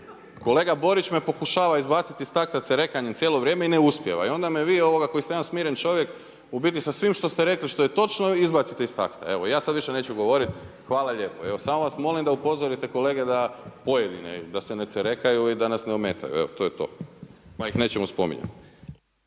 Kolega Borić me pokušava izbaciti iz takta cerekanjem cijelo vrijeme i ne uspijeva i onda me vi koji sam ja smiren čovjek u biti sa svim što ste rekli što je točno izbacite iz takta, evo ja sada više neću govoriti. Hvala lijepo. Evo samo vas molim da upozorite kolege pojedine da se ne cerekaju i da nas ne ometaju. Evo to je to kojeg nećemo spominjat.